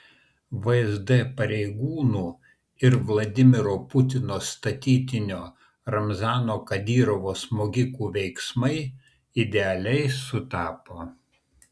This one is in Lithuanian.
vsd pareigūnų ir vladimiro putino statytinio ramzano kadyrovo smogikų veiksmai idealiai sutapo